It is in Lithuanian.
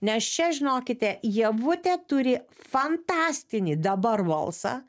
nes čia žinokite ievutė turi fantastinį dabar valsą